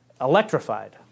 electrified